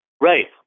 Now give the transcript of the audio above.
right